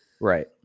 Right